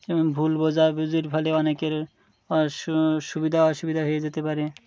যেমন ভুলবোঝাবুঝি ফলে অনেকের সুবিধা অসুবিধা হয়ে যেতে পারে